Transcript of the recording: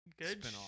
Good